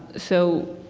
so,